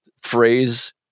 phrase